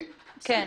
מבחינתי,